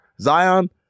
Zion